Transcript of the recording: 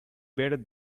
better